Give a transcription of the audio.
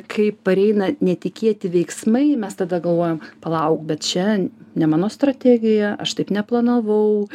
kai pareina netikėti veiksmai mes tada galvojam palauk bet čia ne mano strategija aš taip neplanavau